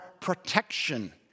protection